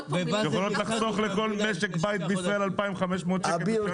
החלטות שיכולות לחסוך לכל משק בית בישראל 2,500 שקל.